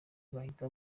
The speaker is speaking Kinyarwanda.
bahita